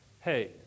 hey